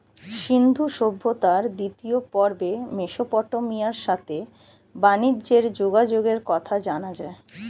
সিন্ধু সভ্যতার দ্বিতীয় পর্বে মেসোপটেমিয়ার সাথে বানিজ্যে যোগাযোগের কথা জানা যায়